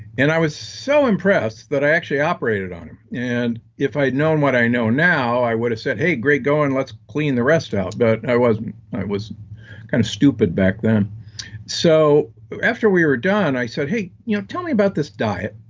and i was so impressed that i actually operated on him. and if i had known what i know now, i would have said, hey, great going, let's clean the rest out. but i wasn't, i was kind of stupid back then so after we were done, i said, hey, you know tell me about this diet.